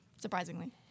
surprisingly